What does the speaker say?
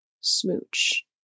Smooch